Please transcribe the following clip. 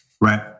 Right